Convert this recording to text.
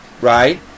right